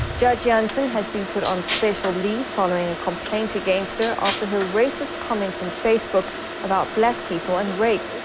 judge jansen has been put on special leave following a complaint against her after her racist comments on facebook about black people and rape.